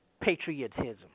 patriotism